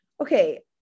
okay